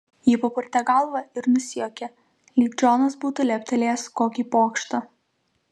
ji papurtė galvą ir nusijuokė lyg džonas būtų leptelėjęs kokį pokštą